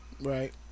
Right